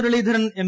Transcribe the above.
Muraleedharan M